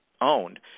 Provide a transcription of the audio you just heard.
owned